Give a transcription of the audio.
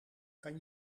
kan